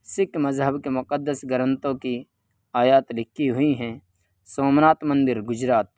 سکھ مذہب کے مقدس گرنتھوں کی آیات لکھی ہوئی ہیں سومناتھ مندر گجرات